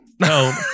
no